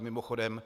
Mimochodem